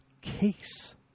case